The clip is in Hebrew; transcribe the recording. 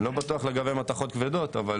אני לא בטוח לגבי מתכות כבדות אבל